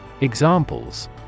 Examples